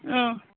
उम